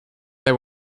they